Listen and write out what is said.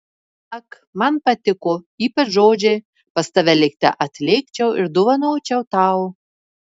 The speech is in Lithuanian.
ak man patiko ypač žodžiai pas tave lėkte atlėkčiau ir dovanočiau tau